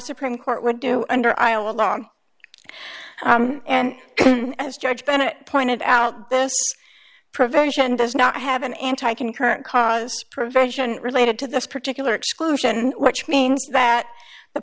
supreme court would do under iowa law and as judge bennett pointed out this provision does not have an anti concurrent cause provision related to this particular exclusion which means that the